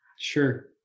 Sure